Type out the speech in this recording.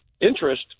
interest